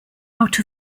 out